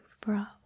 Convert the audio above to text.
brought